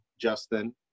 Justin